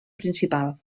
principal